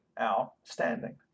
outstanding